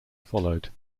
followed